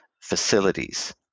facilities